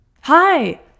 Hi